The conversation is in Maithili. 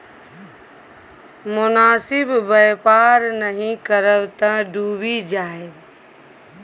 मोनासिब बेपार नहि करब तँ डुबि जाएब